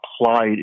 applied